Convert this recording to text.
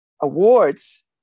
awards